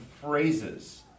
phrases